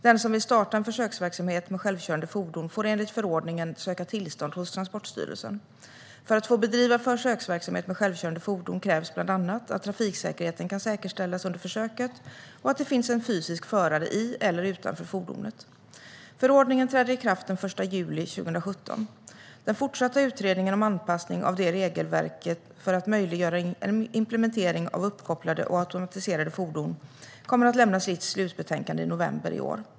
Den som vill starta en försöksverksamhet med självkörande fordon får enligt förordningen söka tillstånd hos Transportstyrelsen. För att få bedriva försöksverksamhet med självkörande fordon krävs bland annat att trafiksäkerheten kan säkerställas under försöket och att det finns en fysisk förare i eller utanför fordonet. Förordningen träder i kraft den 1 juli 2017. Den fortsatta utredningen om anpassning av det regelverket för att möjliggöra en implementering av uppkopplade och automatiserade fordon kommer att lämna sitt slutbetänkande i november i år.